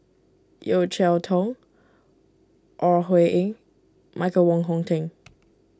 Yeo Cheow Tong Ore Huiying Michael Wong Hong Teng